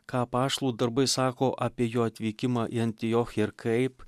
ką apaštalų darbai sako apie jo atvykimą į antiochiją ir kaip